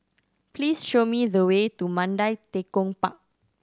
please show me the way to Mandai Tekong Park